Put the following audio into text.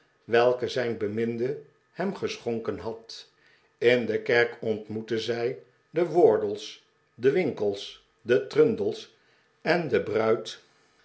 welken zijn beminde hem geschonken had in de kerk ontmoetten zij de wardle s de winkle's de trundle's en de bruid